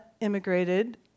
immigrated